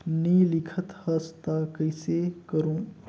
नी लिखत हस ता कइसे करू?